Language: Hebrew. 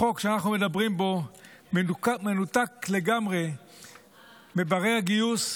החוק שאנחנו מדברים בו מנותק לגמרי מבני הגיוס,